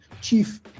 chief